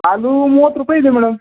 ಆಲೂ ಮೂವತ್ತು ರೂಪಾಯಿ ಇದೆ ಮೇಡಮ್